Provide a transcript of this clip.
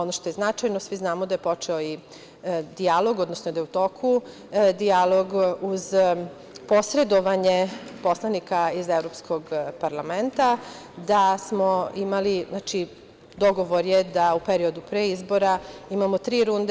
Ono što je značajno, svi znamo da je počeo i dijalog, odnosno da je u toku dijalog uz posredovanje poslanika iz Evropskog parlamenta, da smo imali, znači dogovor je da u periodu pre izbora imamo tri runde.